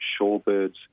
shorebirds